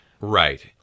Right